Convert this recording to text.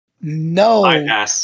No